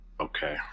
Okay